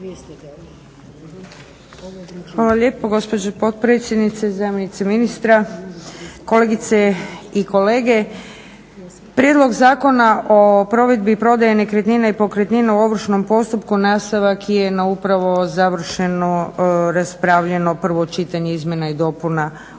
Hvala lijepo gospođo potpredsjednice, zamjenice ministra, kolegice i kolege. Prijedlog zakona o provedbi i prodaji nekretnina i pokretnina u ovršnom postupku nastavak je na upravo završeno raspravljeno prvo čitanje izmjena i dopuna Ovršnog